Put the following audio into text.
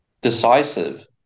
decisive